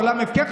העולם הפקר?